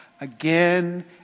again